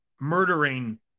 murdering